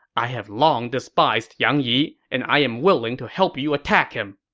i have long despised yang yi, and i am willing to help you attack him.